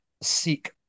seek